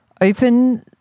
open